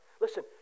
Listen